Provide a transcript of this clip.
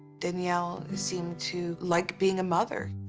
danielle seemed to like being a mother.